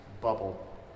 bubble